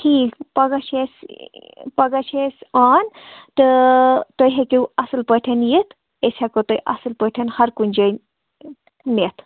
ٹھیٖک پَگاہ چھِ اَسہِ پَگاہ چھِ اَسہِ آن تہٕ تُہۍ ہیٚکِو اَصٕل پٲٹھٮ۪ن یِتھ أسۍ ہٮ۪کو تُہۍ اَصٕل پٲٹھٮ۪ن ہر کُنہِ جایہِ نِتھ